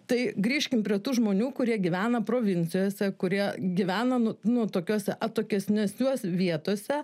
tai grįžkim prie tų žmonių kurie gyvena provincijose kurie gyvena nut nu tokiose atokesnesniuos vietose